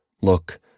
Look